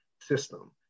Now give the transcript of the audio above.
system